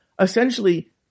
essentially